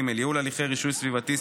פרק ג' ייעול הליכי רישוי סביבתי,